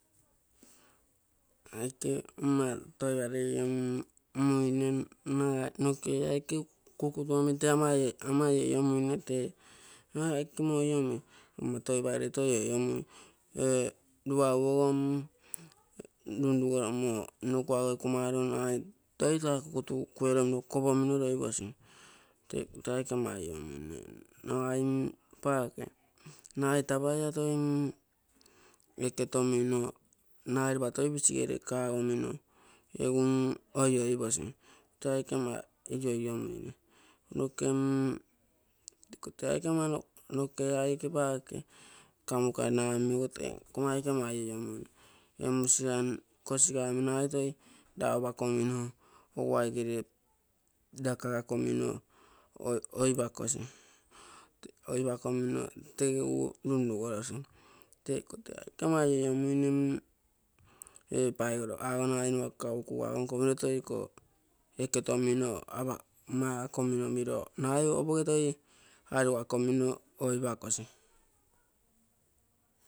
Aike toiparei in-iomuine noke aike kukutuomi tee ama iniomuine tee noke ee aike mo omi ama toiparei toi miomui, luau ogo lunrugoremo kuago ekumaro nagai toi taa kukutu kueromino kopoimoni laposi, tee aike ama iniomuine nagai mm paake nagai tapaia toi mm eketomino nagai lopa toi pisi gere kagomino egu mm loiaposi tee aike ama ioiomuine, noke aike paake kamukana omi ogo tee nkomma aika ama in-iomuine kosiga nagai toi loupakomino oguoaigere lakagakomino oipakosi. Oipakomino tege egu runrugorosi tee aike ama in-iomuine mm ee paigoroga nagai kakauo kuga nkomino toi iko eketomino makomino miro nagai opoge toi arugakomino oipakosi.